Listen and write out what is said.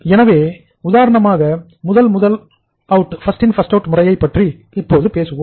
எனவே உதாரணமாக first in first out முறையைப் பற்றி இப்போது பேசுவோம்